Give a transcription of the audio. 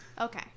Okay